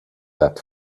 that